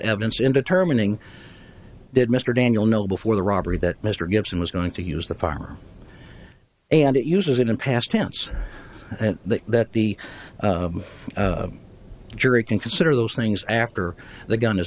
evidence in determining did mr daniel know before the robbery that mr gibson was going to use the farm and it uses it in past tense and that the jury can consider those things after the gun